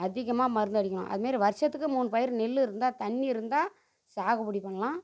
அதிகமாக மருந்து அடிக்கணும் அது மாரி வருஷத்துக்கு மூணு பயிறு நெல்லு இருந்தால் தண்ணி இருந்தால் சாகுபடி பண்ணலாம்